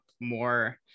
more